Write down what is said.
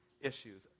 issues